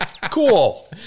Cool